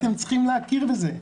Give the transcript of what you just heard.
אתם צריכים להכיר בזה.